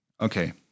okay